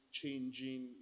changing